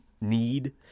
need